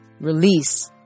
Release